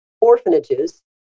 orphanages